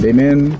Amen